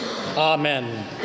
Amen